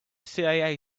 cia